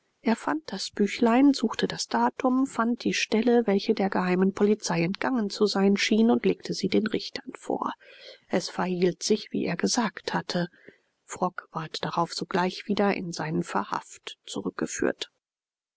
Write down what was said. er fand das büchlein suchte das datum fand die stelle welche der geheimen polizei entgangen zu sein schien und legte sie den richtern vor es verhielt sich wie er gesagt hatte frock ward darauf sogleich wieder in seinen verhaft zurückgeführt